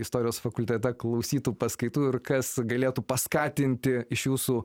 istorijos fakultete klausytų paskaitų ir kas galėtų paskatinti iš jūsų